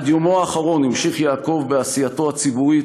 עד יומו האחרון המשיך יעקב בעשייתו הציבורית,